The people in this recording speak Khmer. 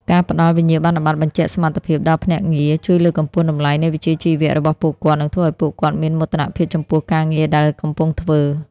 ការផ្ដល់ "វិញ្ញាបនបត្របញ្ជាក់សមត្ថភាព" ដល់ភ្នាក់ងារ ជួយលើកកម្ពស់តម្លៃនៃវិជ្ជាជីវៈរបស់ពួកគាត់ និងធ្វើឱ្យពួកគាត់មានមោទនភាពចំពោះការងារដែលកំពុងធ្វើ។